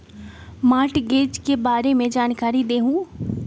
Mortgage के बारे में जानकारी देहु?